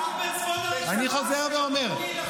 אני חוזר ואומר,